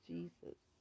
Jesus